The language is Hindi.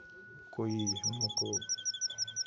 कोई हमको